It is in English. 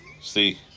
See